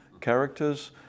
characters